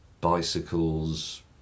bicycles